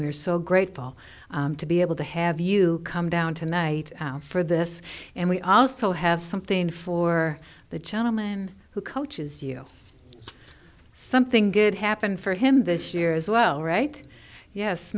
we're so grateful to be able to have you come down tonight for this and we also have something for the gentleman who coaches you something good happen for him this year as well right yes